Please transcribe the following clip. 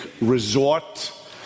resort